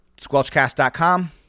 Squelchcast.com